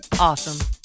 awesome